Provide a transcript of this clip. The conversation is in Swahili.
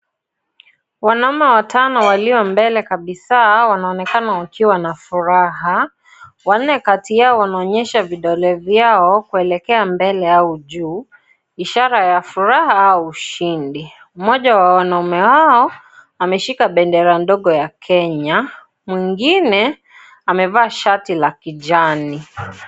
Wanaume watano walio mbele kabisaa wanaonekana wakiwa na furaha wanne kati yao wanaonyesha vidole vyao kuelekea mbele au juu ishara ya furaha ushindi mmoja wa wanaume hao ameshika bendera ndogo ya Kenya mwingine amevaa shati la kijani.